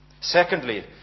Secondly